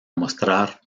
mostrar